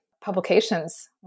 publications